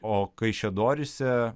o kaišiadoryse